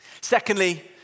Secondly